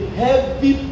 heavy